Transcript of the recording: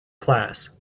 class